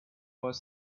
was